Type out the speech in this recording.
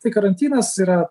tai karantinas yra